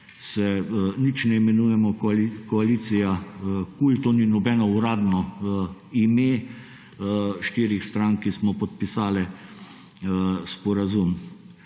se v nič ne imenujemo. Koalicija »kul« to ni nobeno uradno ime štirih strank, ki smo podpisale sporazum.